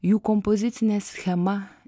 jų kompozicinė schema